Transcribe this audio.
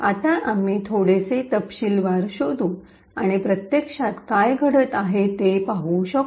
आता आम्ही थोडेसे तपशीलवार शोधू आणि प्रत्यक्षात काय घडत आहे ते पाहू शकतो